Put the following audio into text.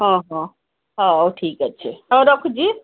ହଁ ହଁ ହଉ ଠିକ୍ ଅଛି ହଉ ରଖୁଛି